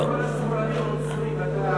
15),